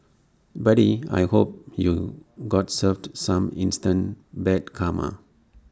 buddy I hope you got served some instant bad karma